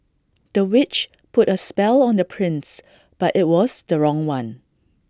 the witch put A spell on the prince but IT was the wrong one